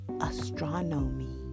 Astronomy